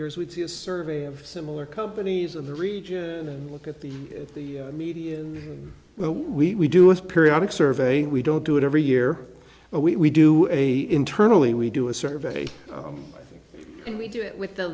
years we'd see a survey of similar companies in the region and look at the if the median where we do is periodic survey we don't do it every year but we do a internally we do a survey and we do it with the